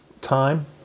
time